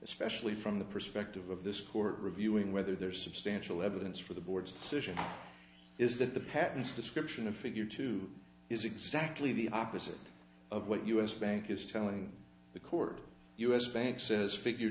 especially from the perspective of this court reviewing whether there's substantial evidence for the board's decision is that the patents description of figure two is exactly the opposite of what us bank is telling the court u s bank says figure